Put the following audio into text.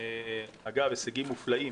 אגב יש הישגים מופלאים